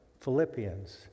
Philippians